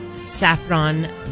Saffron